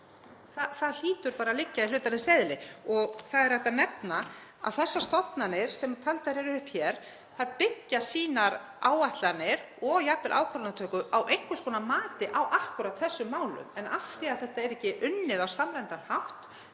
Það hlýtur að liggja í hlutarins eðli. Það er hægt að nefna að þessar stofnanir sem taldar eru upp hér byggja sínar áætlanir og jafnvel ákvarðanatöku á einhvers konar mati á akkúrat þessum málum en af því að þetta er ekki unnið á samræmdan hátt